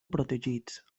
protegits